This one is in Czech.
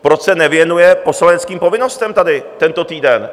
Proč se nevěnuje poslaneckým povinnostem tady tento týden?